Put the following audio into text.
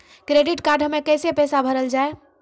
Credit card हम्मे कैसे पैसा भरल जाए?